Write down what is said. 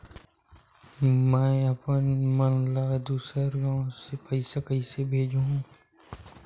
में अपन मा ला दुसर गांव से पईसा कइसे भेजहु?